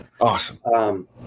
awesome